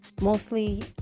Mostly